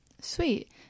Sweet